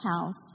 house